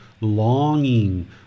longing